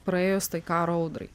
praėjus tai karo audrai